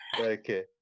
okay